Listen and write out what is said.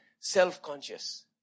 Self-conscious